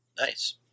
Nice